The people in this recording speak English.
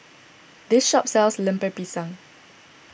this shop sells Lemper Pisang